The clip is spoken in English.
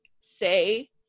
say